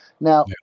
Now